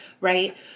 right